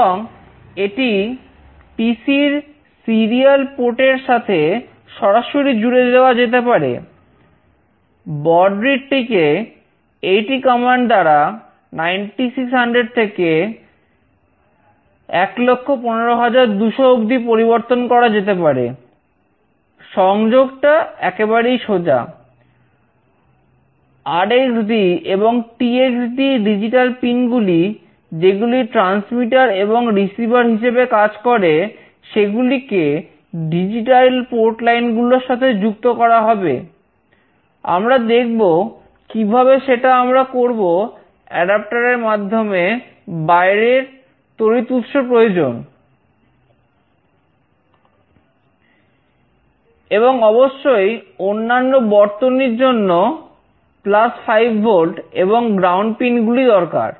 এবং এটিই পিসি গুলি দরকার